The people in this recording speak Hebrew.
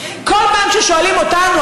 היושב-ראש: כל פעם ששואלים אותנו,